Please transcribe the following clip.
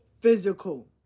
physical